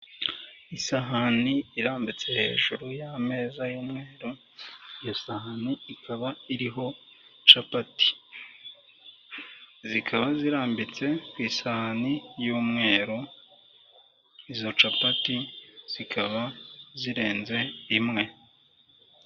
Isahani irambitse hejuru y'ameza y'umweru, iyo sahani ikaba iriho capati. Zikaba zirambitse ku isahani y'umweru, Izo capati zikaba zirenze imwe.